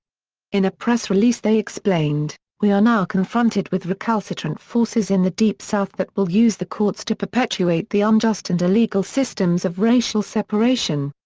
in a press release they explained, we are now confronted with recalcitrant forces in the deep south that will use the courts to perpetuate the unjust and illegal systems of racial separation.